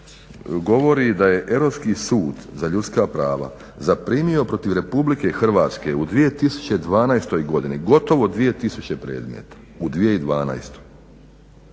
govori da je Europski sud za ljudska prava zaprimio protiv RH u 2012.godini gotovo 2000 predmeta u 2012.,